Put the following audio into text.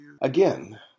Again